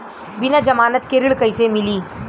बिना जमानत के ऋण कैसे मिली?